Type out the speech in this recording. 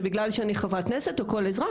זה בגלל שאני חברת כנסת או לכל אזרח?